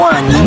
One